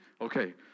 Okay